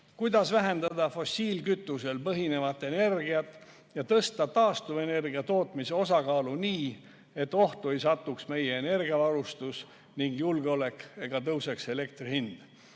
Kuidas vähendada fossiilkütusel põhinevat energiat ja suurendada taastuvenergia tootmise osakaalu nii, et ohtu ei satuks meie energiavarustus ja -julgeolek ega tõuseks elektri hind?